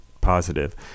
positive